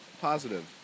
positive